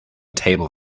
table